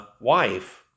wife